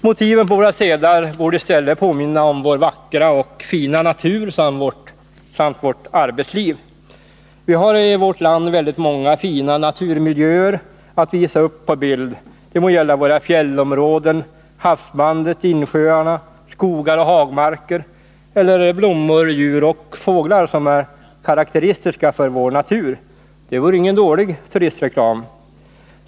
Motiven på våra sedlar borde i stället påminna om vår vackra och fina natur samt om vårt arbetsliv. Vi har i vårt land väldigt många fina Nr 17 naturmiljöer att visa upp på bild. Det må gälla våra fjällområden, havsbandet, insjöarna, skogar och hagmarker, eller blommor, djur och fåglar som är karakteristiska för vår natur. Det vore ingen dålig turistreklam.